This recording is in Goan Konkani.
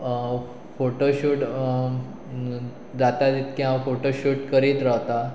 फोटोशूट जाता तितके हांव फोटोशूट करीत रावता